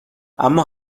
اما